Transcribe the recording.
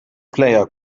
player